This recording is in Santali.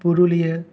ᱯᱩᱨᱩᱞᱤᱭᱟᱹ